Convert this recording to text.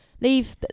leave